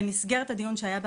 במסגרת הדיון שהיה,